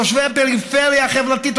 תושבי הפריפריה החברתית,